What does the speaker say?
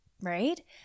Right